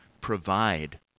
provide